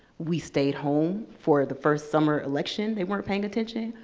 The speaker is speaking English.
we stayed home for the first summer election. they weren't paying attention.